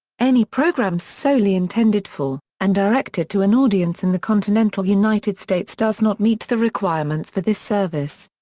any program solely intended for, and directed to an audience in the continental united states does not meet the requirements for this service.